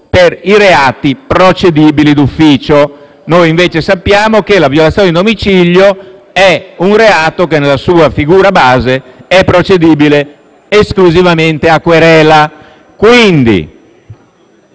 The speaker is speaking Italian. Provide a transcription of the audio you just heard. per i reati procedibili d'ufficio. Noi, invece, sappiamo che la violazione di domicilio è un reato, nella sua figura base, procedibile esclusivamente per querela. Quindi,